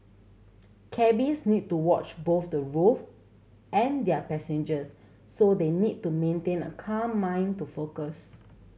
cabbies need to watch both the and their passengers so they need to maintain a calm mind to focus